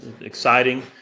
Exciting